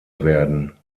werden